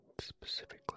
specifically